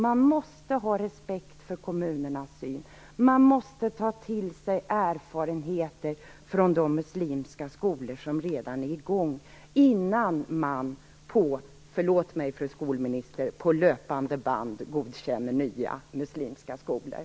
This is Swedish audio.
Man måste ha respekt för kommunernas syn. Man måste ta till sig erfarenheter från de muslimska skolor som redan är i gång innan man - förlåt mig, fru skolminister - på löpande band godkänner nya muslimska skolor.